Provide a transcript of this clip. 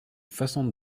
façon